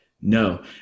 No